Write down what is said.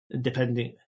Depending